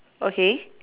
okay